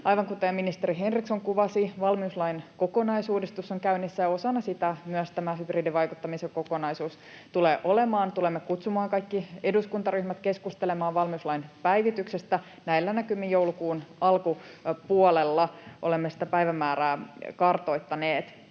Aivan kuten ministeri Henriksson kuvasi, valmiuslain kokonaisuudistus on käynnissä, ja osana sitä myös tämä hybridivaikuttamisen kokonaisuus tulee olemaan. Tulemme kutsumaan kaikki eduskuntaryhmät keskustelemaan valmiuslain päivityksestä, näillä näkymin joulukuun alkupuolella. Olemme sitä päivämäärää kartoittaneet.